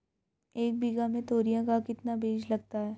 एक बीघा में तोरियां का कितना बीज लगता है?